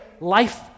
life